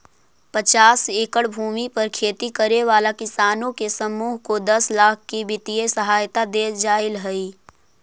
पचास एकड़ भूमि पर खेती करे वाला किसानों के समूह को दस लाख की वित्तीय सहायता दे जाईल हई